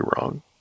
wrong